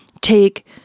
take